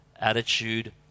attitude